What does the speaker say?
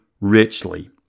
richly